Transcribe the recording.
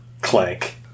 clank